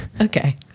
Okay